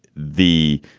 the.